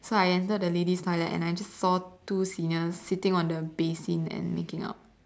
so I enter the lady's toilet and I saw two seniors sitting on the basin and making out